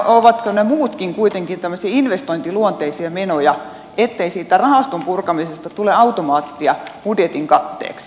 ovatko ne muutkin kuitenkin tämmöisiä investointiluonteisia menoja ettei siitä rahaston purkamisesta tule automaattia budjetin katteeksi